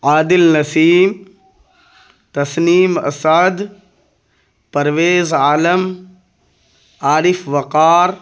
Adil Naseem Tasneem Asad Parvez Alam Arif Waqar